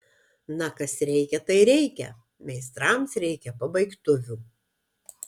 na kas reikia tai reikia meistrams reikia pabaigtuvių